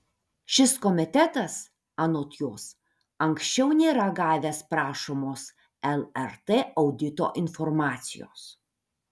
šis komitetas anot jos anksčiau nėra gavęs prašomos lrt audito informacijos